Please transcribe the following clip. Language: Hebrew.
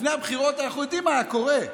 לפני הבחירות אנחנו יודעים מה היה קורה: